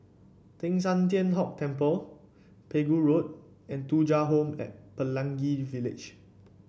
Teng San Tian Hock Temple Pegu Road and Thuja Home at Pelangi Village